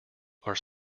are